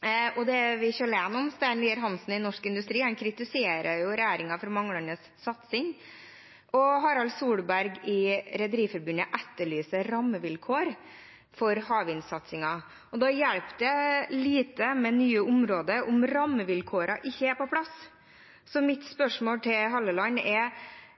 er vi ikke alene om. Stein Lier-Hansen i Norsk Industri kritiserer regjeringen for manglende satsing, og Harald Solberg i Rederiforbundet etterlyser rammevilkår for havvindsatsingen. Det hjelper lite med nye områder om rammevilkårene ikke er på plass. Mitt spørsmål til representanten Halleland er: